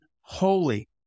holy